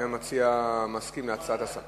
האם המציע מסכים להצעת השר?